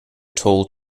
tall